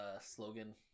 slogan